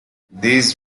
these